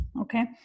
okay